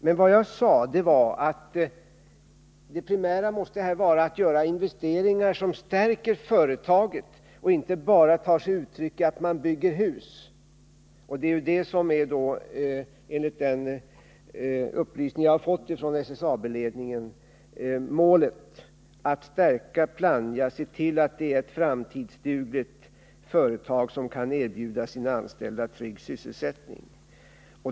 Men vad jag sade var att det primära måste vara att göra investeringar som stärker företaget och inte bara tar sig uttryck i att man bygger hus. Det är ju det, enligt de upplysningar jag har fått från SSAB-ledningen, som är målet: att stärka Plannja, att se till att det är ett framtidsdugligt företag som kan erbjuda sina anställda trygg sysselsättning.